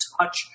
touch